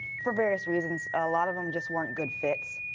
for various reasons. a lot of them just weren't good fit.